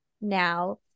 now